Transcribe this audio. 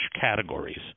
categories